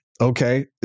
Okay